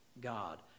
God